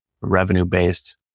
revenue-based